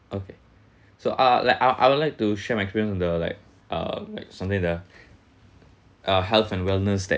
okay so I'll like I would I would like to share my experience on the like uh something in the uh health and wellness that